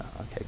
Okay